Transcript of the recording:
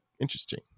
Interesting